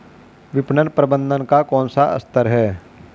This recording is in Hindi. विपणन प्रबंधन का कौन सा स्तर है?